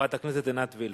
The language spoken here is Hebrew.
חברת הכנסת עינת וילף,